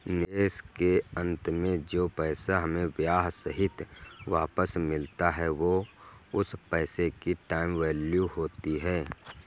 निवेश के अंत में जो पैसा हमें ब्याह सहित वापस मिलता है वो उस पैसे की टाइम वैल्यू होती है